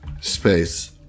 space